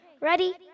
ready